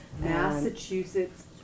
Massachusetts